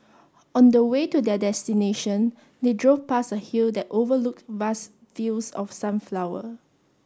on the way to their destination they drove past a hill that overlooked vast fields of sunflower